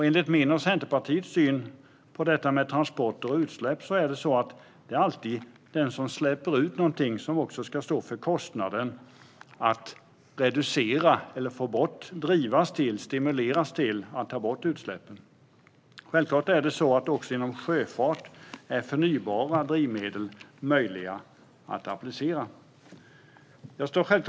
Enligt min och Centerpartiets syn på detta med transporter och utsläpp är det alltid den som släpper ut någonting som ska stå för kostnaden för att reducera eller stimuleras till att ta bort utsläppen. Självfallet är förnybara drivmedel möjliga att applicera också inom sjöfarten.